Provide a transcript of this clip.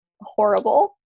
horrible